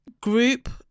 group